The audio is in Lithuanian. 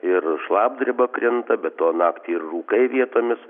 ir šlapdriba krinta be to naktį ir rūkai vietomis